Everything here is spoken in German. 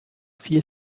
viel